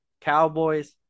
Cowboys